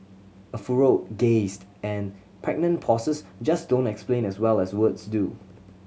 a furrowed gazed and pregnant pauses just don't explain as well as words do